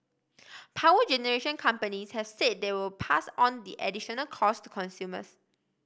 power generation companies has said they will pass on the additional cost to consumers